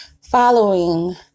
following